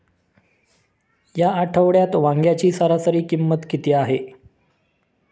या आठवड्यात वांग्याची सरासरी किंमत किती आहे?